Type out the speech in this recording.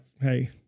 hey